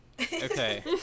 Okay